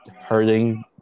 hurting